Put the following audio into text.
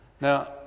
Now